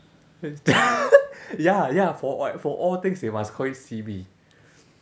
ya ya for like for all things they must call it C_B